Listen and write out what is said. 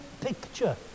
picture